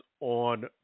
on